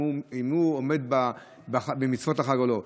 אם הוא עומד במצוות החג או לא.